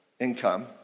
income